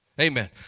Amen